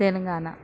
Telangana